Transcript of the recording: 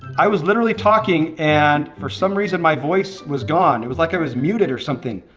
i was literally talking and for some reason my voice was gone it was like i was muted or something?